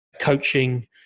coaching